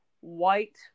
white